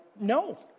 no